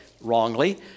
wrongly